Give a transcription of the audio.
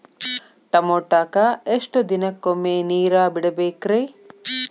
ಟಮೋಟಾಕ ಎಷ್ಟು ದಿನಕ್ಕೊಮ್ಮೆ ನೇರ ಬಿಡಬೇಕ್ರೇ?